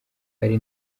ari